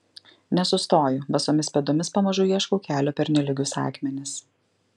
nesustoju basomis pėdomis pamažu ieškau kelio per nelygius akmenis